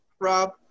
Rob